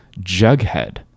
Jughead